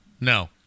No